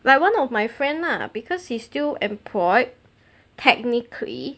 like one of my friend lah because he still employed technically